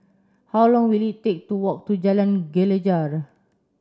how long will it take to walk to Jalan Gelegar